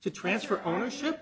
to transfer ownership